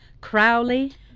Crowley